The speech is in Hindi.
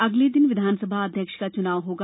अगले दिन विधानसभा अध्यक्ष का चुनाव होगा